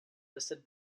listed